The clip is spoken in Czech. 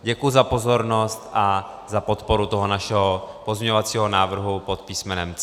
Děkuji za pozornost a za podporu našeho pozměňovacího návrhu pod písmenem C.